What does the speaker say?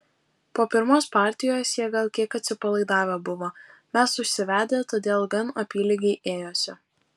po pirmos partijos jie gal kiek atsipalaidavę buvo mes užsivedę todėl gan apylygiai ėjosi